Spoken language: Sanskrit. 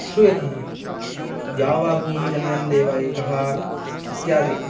श्रूयति द्यावाभूमिः जनयन् देवः एकः इत्यादि